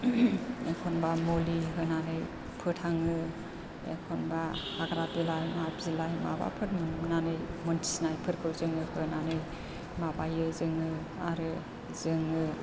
एखनबा मुलि होनानै फोथाङो एखनबा हाग्रा बिलाइ मा बिलाइ माबाफोर नुनानै मोन्थिनायफोरखौ जोङो होनानै माबायो जोङो आरो जोङो